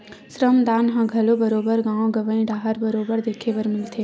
श्रम दान ह घलो बरोबर गाँव गंवई डाहर बरोबर देखे बर मिलथे